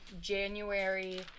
January